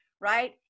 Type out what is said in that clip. Right